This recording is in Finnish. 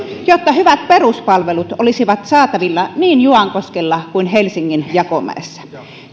jotta hyvät peruspalvelut olisivat saatavilla niin juankoskella kuin helsingin jakomäessä